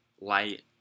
light